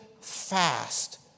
fast